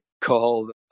called